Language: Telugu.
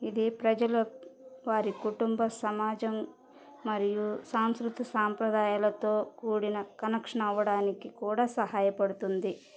ఇది ప్రజల వారి కుటుంబ సమాజం మరియు సాంస్కృతి సాంప్రదాయాలతో కూడిన కనెక్షన్ అవ్వడానికి కూడా సహాయపడుతుంది